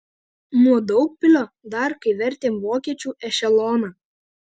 nuo daugpilio dar kai vertėm vokiečių ešeloną